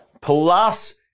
plus